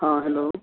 हँ हेलो